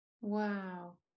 Wow